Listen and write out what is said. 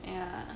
ya